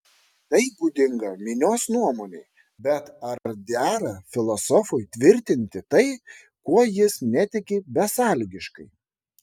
tai būdinga minios nuomonei bet ar dera filosofui tvirtinti tai kuo jis netiki besąlygiškai